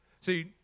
See